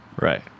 Right